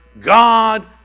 God